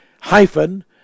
hyphen